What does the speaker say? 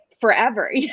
forever